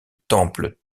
temple